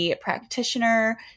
practitioner